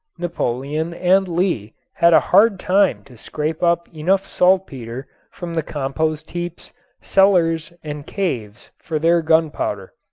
napoleon and lee had a hard time to scrape up enough saltpeter from the compost heaps, cellars and caves for their gunpowder,